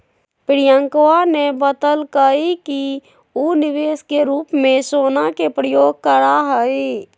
प्रियंकवा ने बतल कई कि ऊ निवेश के रूप में सोना के प्रयोग करा हई